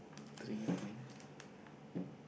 three point